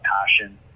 passion